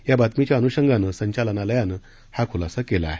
या बातमीच्या अनुषंगानं संचालनालयानं हा खुलासा केला आहे